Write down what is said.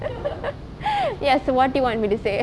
yes so what do you want me to say